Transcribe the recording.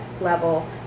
level